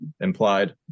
implied